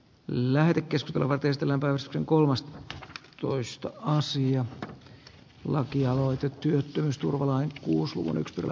lähetä keskitalvet estellen väiskin kolosta tuloista pulliaiselta niin onhan vastaavaa jo ollutkin